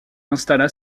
installa